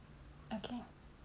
okay